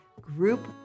group